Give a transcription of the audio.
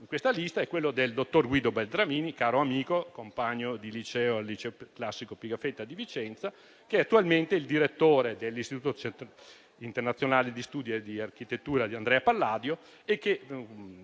questa lista è quello del dottor Guido Beltramini, caro amico e compagno al liceo classico "Antonio Pigafetta" di Vicenza, e attualmente direttore dell'Istituto internazionale di studi di architettura Andrea Palladio